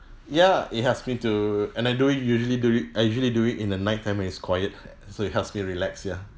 ya it helps me to and I do it usually do it I usually do it in the nighttime when it's quiet so it helps me relax ya